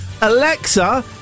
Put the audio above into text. Alexa